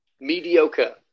mediocre